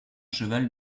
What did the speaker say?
cheval